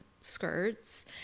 skirts